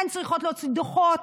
הן צריכות להוציא דוחות,